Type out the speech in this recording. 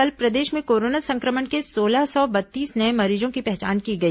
कल प्रदेश में कोरोना संक्रमण के सोलह सौ बत्तीस नये मरीजों की पहचान की गई